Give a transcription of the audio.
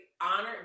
honored